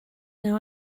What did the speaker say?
now